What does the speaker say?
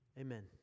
amen